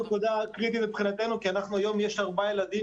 זאת הנקודה הקריטית מבחינתנו כי היום יש לנו ארבעה ילדים